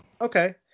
Okay